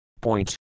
Point